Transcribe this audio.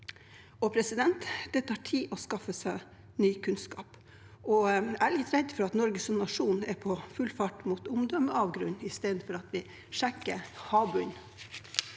i dag. Det tar tid å skaffe seg ny kunnskap, og jeg er litt redd for at Norge som nasjon er på full fart mot en omdømmeavgrunn istedenfor at man sjekker havbunnen.